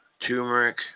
turmeric